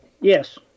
Yes